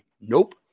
Nope